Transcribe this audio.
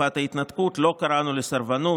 בתקופת ההתנתקות לא קראנו לסרבנות,